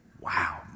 Wow